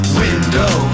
window